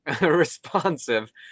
responsive